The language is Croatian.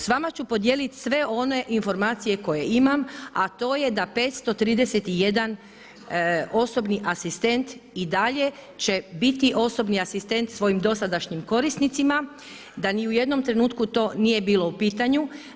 S vama ću podijeliti sve one informacije koje imam, a to je da 531 osobni asistent i dalje će biti osobni asistent svojim dosadašnjim korisnicima, da ni u jednom trenutku to nije bilo u pitanju.